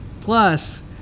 plus